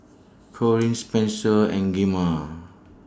Corrine Spenser and